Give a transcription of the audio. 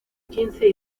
quince